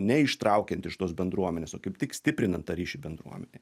neištraukiant iš tos bendruomenės o kaip tik stiprinant tą ryšį bendruomenėj